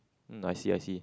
mm I see I see